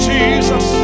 Jesus